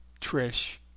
Trish